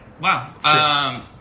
Wow